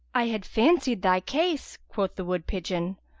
i had fancied thy case, quoth the wood-pigeon,